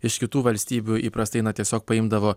iš kitų valstybių įprastai na tiesiog paimdavo